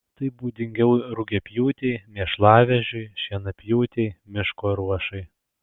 tai būdingiau rugiapjūtei mėšlavežiui šienapjūtei miško ruošai